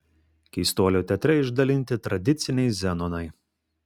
keistuolių teatre išdalinti tradiciniai zenonai